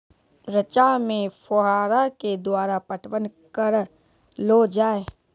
रचा मे फोहारा के द्वारा पटवन करऽ लो जाय?